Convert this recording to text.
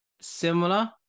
similar